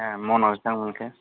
मनाव बेसेबां मोनखो